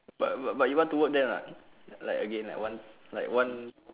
but but you want to work there or not like again like want like want